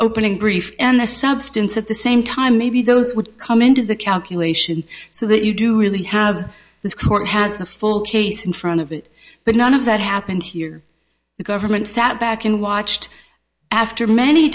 opening brief and the substance at the same time maybe those would come into the calculation so that you do really have this court has a full case in front of it but none of that happened here the government sat back and watched after many